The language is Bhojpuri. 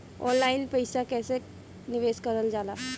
ऑनलाइन पईसा कईसे निवेश करल जाला?